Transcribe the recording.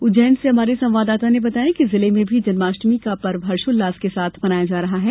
उज्जैन से हमारे संवाददाता ने बताया है कि जिले में भी जन्माष्टमी की पर्व हर्षोल्लास के साथ मनाया जा रहा है